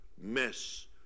mess